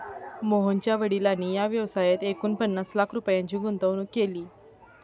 मोहनच्या वडिलांनी या व्यवसायात एकूण पन्नास लाख रुपयांची गुंतवणूक केली